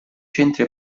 centri